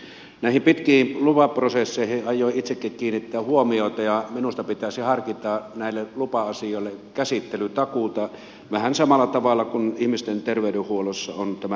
näihin pitkiin lupaprosesseihin aioin itsekin kiinnittää huomiota ja minusta pitäisi harkita näille lupa asioille käsittelytakuuta vähän samalla tavalla kuin ihmisten terveydenhuollossa on tämä hoitotakuu